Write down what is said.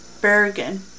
Bergen